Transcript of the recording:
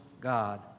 God